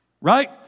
right